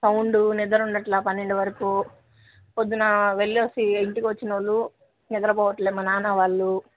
sound నిద్ర ఉండడంలేదు పన్నెండు వరకు ప్రొద్దున వెళ్ళి ఇంటికొచ్చినోళ్ళు నిద్రపోవడంలేదు మా నాన్న వాళ్ళు